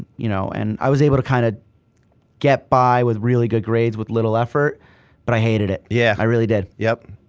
you know and i was able to kind of get by with really good grades with little effort but i hated it. yeah i really did. twenty